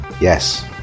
Yes